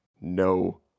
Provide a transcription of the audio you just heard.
no